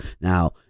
now